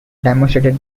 demonstrated